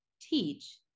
teach